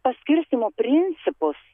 paskirstymo principus